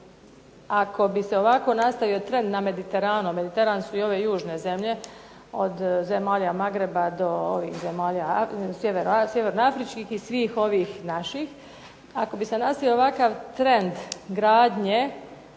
ako bi se ovako nastavio trend na Mediteranu, a Mediteran su ove južne zemlje, od zemalja Magreba do ovih zemalja sjevernoafričkih i svih ovih naših, ako bi se nastavio ovakav trend gradnje